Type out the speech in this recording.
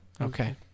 Okay